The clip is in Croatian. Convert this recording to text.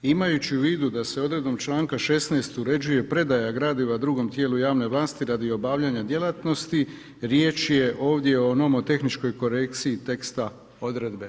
Imajući u vidu da se odredbom članka 16. uređuje predaja gradiva drugom tijelu javne vlasti radi obavljanja djelatnosti riječ je ovdje o nomotehničkoj korekciji teksta odredbe.